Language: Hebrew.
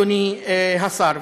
אדוני השר.